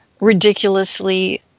ridiculously